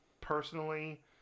personally